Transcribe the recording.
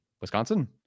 Wisconsin